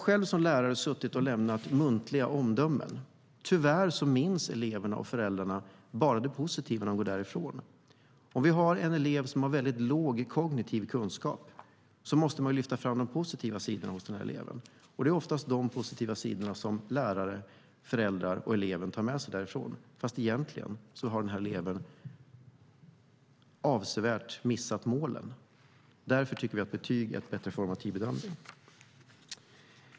Som lärare har jag själv lämnat muntliga omdömen. Tyvärr minns elever och föräldrar bara det positiva när de går därifrån. Om en elev har låg kognitiv kunskap måste vi lyfta fram de positiva sidorna hos eleven, och det är dessa positiva sidor som lärare, föräldrar och elev tar med sig därifrån trots att eleven avsevärt har missat målen. Därför anser vi att betyg är en bättre formativ bedömning.